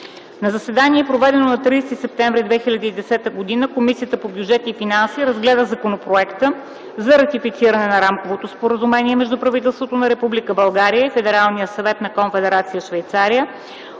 На заседание, проведено на 30 септември 2010 г., Комисията по бюджет и финанси разгледа Законопроекта за ратифициране на Рамковото споразумение между правителството на Република България и Федералния съвет на Конфедерация Швейцария